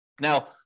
Now